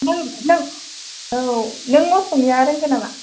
नों नों औ नों असमिया रोंगौ नामा